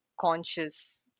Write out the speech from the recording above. conscious